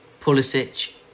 Pulisic